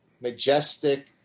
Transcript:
majestic